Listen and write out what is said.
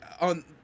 on